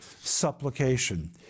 supplication